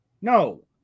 No